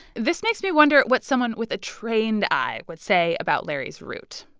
this makes me wonder what someone with a trained eye would say about larry's root.